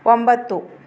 ಒಂಬತ್ತು